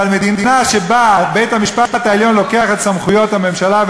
אבל מדינה שבה בית-המשפט העליון לוקח את סמכויות הממשלה,